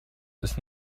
ist